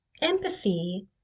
Empathy